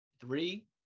Three